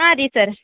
ಹಾಂ ರೀ ಸರ್